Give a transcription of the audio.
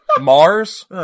Mars